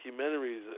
documentaries